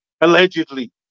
Allegedly